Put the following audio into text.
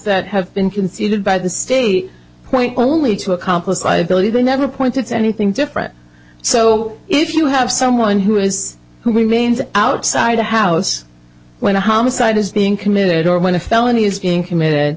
that have been conceded by the state point only to accomplice liability they never pointed to anything different so if you have someone who is who remains outside the house when a homicide is being committed or when a felony is being